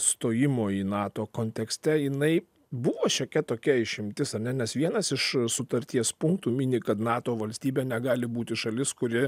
stojimo į nato kontekste jinai buvo šiokia tokia išimtis ar ne nes vienas iš sutarties punktų mini kad nato valstybė negali būti šalis kuri